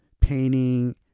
painting